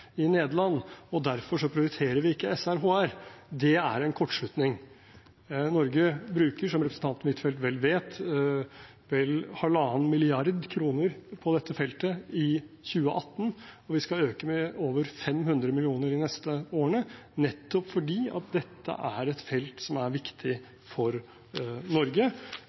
i Nederland, og derfor prioriterer vi ikke SRHR. Det er en kortslutning. Norge bruker, som representanten Huitfeldt vel vet, vel halvannen milliard kroner på dette feltet i 2018, og vi skal øke med over 500 mill. kr de neste årene, nettopp fordi dette er et felt som er viktig for Norge,